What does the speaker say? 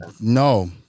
no